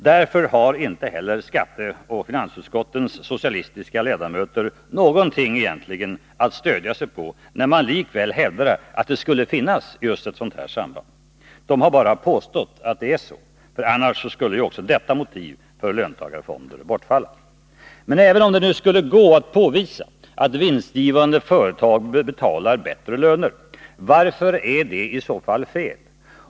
Därför har inte heller skatteoch finansutskottens socialistiska ledamöter egentligen någonting att stödja sig på när de likväl hävdar att det skulle finnas just ett sådant samband. De har bara påstått att det är så. Annars skulle ju också detta motiv för löntagarfonder bortfalla. Men även om det nu skulle gå att påvisa att vinstgivande förtag betalar bättre löner, varför är detta i så fall fel?